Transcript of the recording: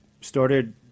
started